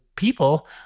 People